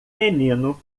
menino